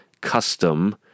custom